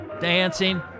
dancing